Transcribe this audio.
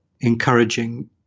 encouraging